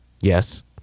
Yes